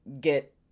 get –